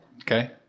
Okay